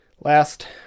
last